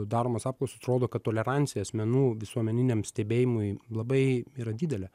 daromos apklausos rodo kad tolerancija asmenų visuomeniniam stebėjimui labai yra didelė